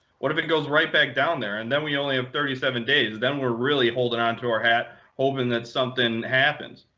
what if it goes right back down there, and then we only have thirty seven days? and then we're really holding on to our hat hoping that something happens.